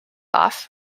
off